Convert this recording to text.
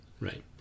right